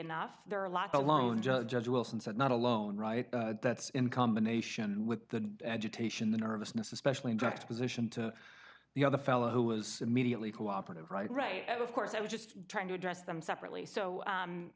enough there are a lot alone judge wilson said not alone right that's in combination with the agitation the nervousness especially in fact position to the other fellow who was immediately cooperative right right of course i was just trying to address them separately so